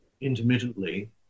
intermittently